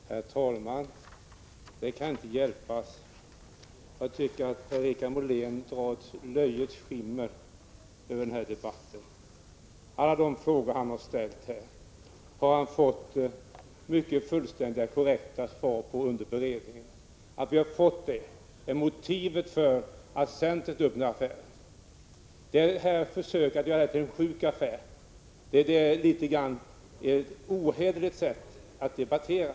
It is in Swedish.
Herr talman! Det kan inte hjälpas, men jag tycker att Per-Richard Moléns uttalanden här sprider ett löjets skimmer över debatten. Alla de frågor som han har ställt här har mycket korrekt och fullständigt besvarats under beredningen av ärendet. Att vi har fått svar på frågorna utgör motivet för att centern har stött denna affär. Att försöka göra detta till en sjuk affär är ett ohederligt sätt att debattera.